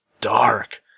dark